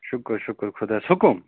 شُکُر شُکُر خۄدایَس حُکُم